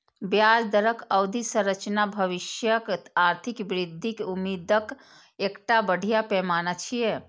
ब्याज दरक अवधि संरचना भविष्यक आर्थिक वृद्धिक उम्मीदक एकटा बढ़िया पैमाना छियै